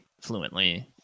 fluently